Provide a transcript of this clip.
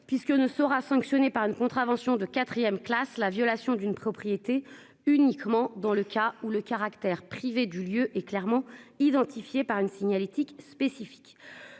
puisque ne sera sanctionné par une contravention de 4ème classe la violation d'une propriété uniquement dans le cas où le caractère privé du lieu est clairement identifié par une signalétique spécifique